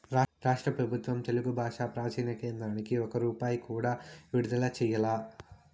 రాష్ట్ర పెబుత్వం తెలుగు బాషా ప్రాచీన కేంద్రానికి ఒక్క రూపాయి కూడా విడుదల చెయ్యలా